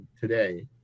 today